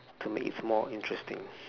to make its more interesting